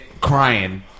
Crying